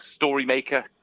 Storymaker